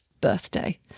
birthday